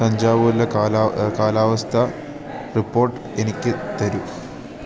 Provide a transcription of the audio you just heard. തഞ്ചാവൂരിലെ കാലാവസ്ഥ റിപ്പോർട്ട് എനിക്ക് തരൂ